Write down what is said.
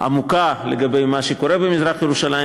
עמוקה לגבי מה שקורה במזרח-ירושלים,